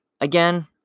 again